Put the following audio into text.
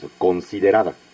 considerada